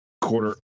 quarter